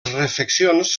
refeccions